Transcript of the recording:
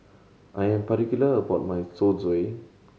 I am particular about my Zosui